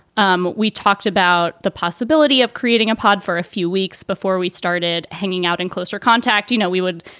um we talked about the possibility of creating a pod for a few weeks before we started hanging out in closer contact. you know, we would.